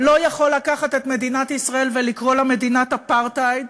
לא יכול לקחת את מדינת ישראל ולקרוא לה "מדינת אפרטהייד"